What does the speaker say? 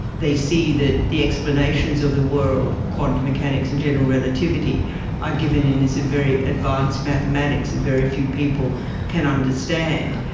they see that the explanations of the world quantum mechanics and general relativity are given in this very advanced mathematics that very few people can understand.